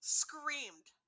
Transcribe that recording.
screamed